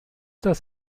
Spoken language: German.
das